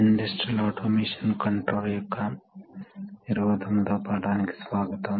industrial automation మరియు control course యొక్క 27 వ పాఠానికి స్వాగతం